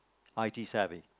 I_T savvy